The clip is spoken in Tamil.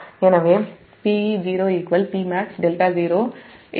எனவேPe0Pmaxδ0 80Peo Pmax sin δ0